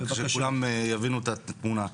כדי שכולם יבינו את התמונה.